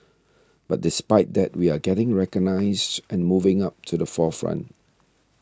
but despite that we are getting recognised and moving up to the forefront